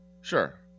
Sure